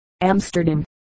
Amsterdam